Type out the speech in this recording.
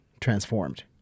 transformed